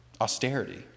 austerity